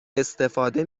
استفاده